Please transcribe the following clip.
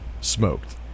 smoked